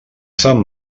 sant